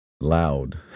loud